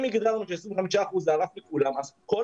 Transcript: אם יגידו לנו ש-25% זה הרף לכולם אז כל